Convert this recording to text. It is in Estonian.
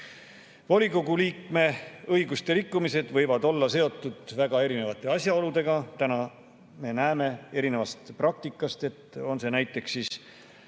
liikme õiguste rikkumised võivad olla seotud väga erinevate asjaoludega. Täna me näeme erinevast praktikast, et on see [seotud] näiteks